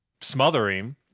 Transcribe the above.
smothering